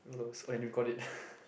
lols oh and we've got it